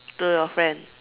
to your friend